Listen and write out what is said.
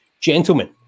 gentlemen